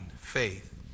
faith